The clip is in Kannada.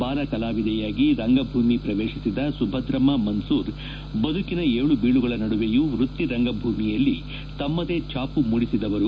ಬಾಲ ಕಲಾವಿದೆಯಾಗಿ ರಂಗಭೂಮಿ ಶ್ರವೇತಿಸಿದ ಸುಭದ್ರಮ್ಮ ಮನ್ಲೂರ್ ಬದುಕಿನ ಏಳುಬೀಳುಗಳ ನಡುವೆಯೂ ವೃತ್ತಿ ರಂಗಭೂಮಿಯಲ್ಲಿ ತಮ್ಮದೇ ಛಾಪು ಮೂಡಿಸಿದವರು